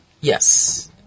Yes